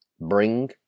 Bring